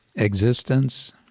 Existence